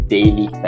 Daily